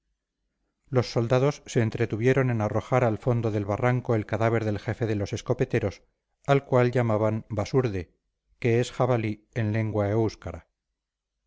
los soldados se entretuvieron en arrojar al fondo del barranco el cadáver del jefe de los escopeteros al cual llamabanbasurde que es jabalí en lengua